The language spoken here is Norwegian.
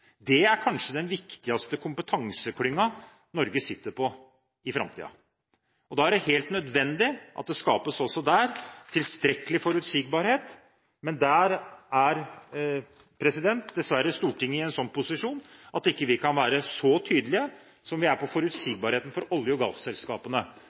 Det er kanskje den viktigste kompetanseklyngen Norge sitter på i framtiden. Da er det helt nødvendig at det også der skapes tilstrekkelig forutsigbarhet. Der er dessverre Stortinget i en slik posisjon at vi ikke kan være så tydelige som vi er på